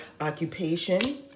occupation